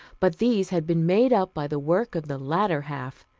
but these had been made up by the work of the latter half.